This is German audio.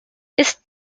ist